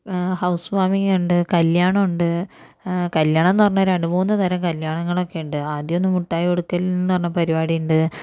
house വാമിങ് ഉണ്ട് കല്യാണമുണ്ട് കല്യാണമെന്ന് പറഞ്ഞാൽ രണ്ട് മൂന്ന് തരം കല്യാണങ്ങളൊക്കെയുണ്ട് ആദ്യമെന്ന് മുട്ടായി കൊടുക്കൽന്ന് പറഞ്ഞ പരിപാടി ഉണ്ട്